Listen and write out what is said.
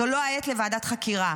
זו לא העת לוועדת חקירה.